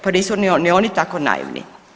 Pa nisu ni oni tako naivni.